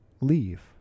leave